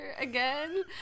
again